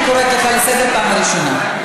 אני קוראת אותך לסדר פעם ראשונה.